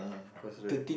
of course right